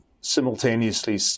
simultaneously